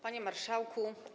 Panie Marszałku!